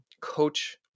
coach